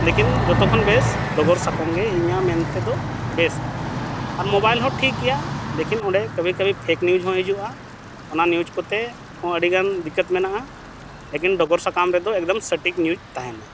ᱞᱮᱠᱤᱱ ᱡᱷᱚᱛᱚ ᱠᱷᱚᱱ ᱵᱮᱥ ᱰᱚᱜᱚᱨ ᱥᱟᱠᱟᱢᱜᱮ ᱤᱧᱟᱹᱜ ᱢᱮᱱᱛᱮ ᱫᱚ ᱵᱮᱥᱟ ᱟᱨ ᱢᱳᱵᱟᱭᱤᱞ ᱦᱚᱸ ᱴᱷᱤᱠ ᱜᱮᱭᱟ ᱞᱮᱠᱤᱱ ᱚᱸᱰᱮ ᱠᱟᱵᱷᱤ ᱠᱟᱵᱷᱤ ᱯᱷᱮᱠ ᱱᱤᱭᱩᱡᱽ ᱦᱚᱸ ᱦᱤᱡᱩᱜᱼᱟ ᱚᱱᱟ ᱱᱤᱭᱩᱡᱽ ᱠᱚᱛᱮ ᱦᱚᱸ ᱟᱹᱰᱤᱜᱟᱱ ᱫᱤᱠᱠᱷᱚᱛ ᱢᱮᱱᱟᱜᱼᱟ ᱞᱮᱠᱤᱱ ᱰᱚᱜᱚᱨ ᱥᱟᱠᱟᱢ ᱨᱮᱫᱚ ᱮᱠᱫᱚᱢ ᱥᱚᱴᱷᱤᱠ ᱱᱤᱭᱩᱡᱽ ᱛᱟᱦᱮᱱᱟ